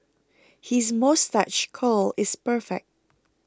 his moustache curl is perfect